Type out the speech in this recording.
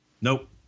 Nope